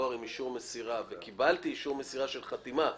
דואר עם אישור מסירה וקיבלתי אישור מסירה עם חתימה,